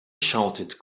shouted